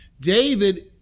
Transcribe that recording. David